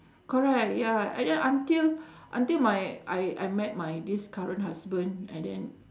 correct ya and then until until my I I met my this current husband and then